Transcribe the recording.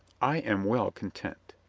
i am well content.